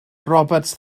roberts